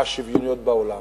מהשוויוניות בעולם.